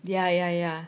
ya ya ya